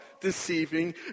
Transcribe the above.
deceiving